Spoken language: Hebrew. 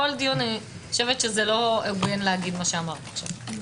חושבת שלא הוגן לומר מה שאמרת עכשיו.